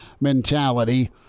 mentality